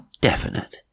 definite